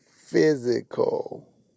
physical